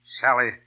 Sally